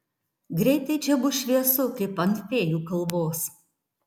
greitai čia bus šviesu kaip ant fėjų kalvos